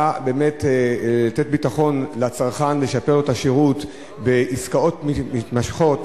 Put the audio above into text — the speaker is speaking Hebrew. באה לתת ביטחון לצרכן ולשפר לו את השירות בעסקאות מתמשכות,